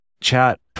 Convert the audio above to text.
chat